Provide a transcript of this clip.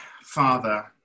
Father